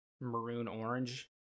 maroon-orange